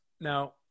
now